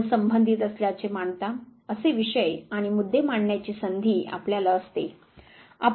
आपण संबंधित असल्याचे मानता असे विषय आणि मुद्दे मांडण्याची संधी आपल्याला असते